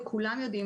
וכולם יודעים,